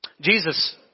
Jesus